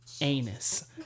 anus